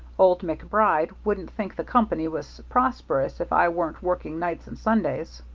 old macbride wouldn't think the company was prosperous if i wasn't working nights and sundays.